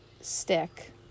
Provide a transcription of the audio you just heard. stick